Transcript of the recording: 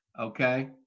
okay